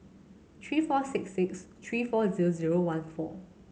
three four six six three four zero zero one four